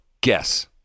Guess